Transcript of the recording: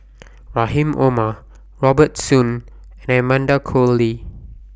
Rahim Omar Robert Soon and Amanda Koe Lee